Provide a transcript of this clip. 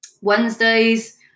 Wednesdays